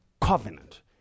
covenant